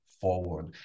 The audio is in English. forward